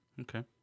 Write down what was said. Okay